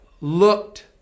looked